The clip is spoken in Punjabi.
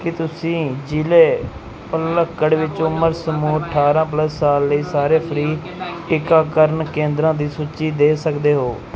ਕੀ ਤੁਸੀਂ ਜ਼ਿਲ੍ਹੇ ਪਲੱਕੜ ਵਿੱਚ ਉਮਰ ਸਮੂਹ ਅਠਾਰਾਂ ਪਲੱਸ ਸਾਲ ਲਈ ਸਾਰੇ ਫ੍ਰੀ ਟੀਕਾਕਰਨ ਕੇਂਦਰਾਂ ਦੀ ਸੂਚੀ ਦੇ ਸਕਦੇ ਹੋ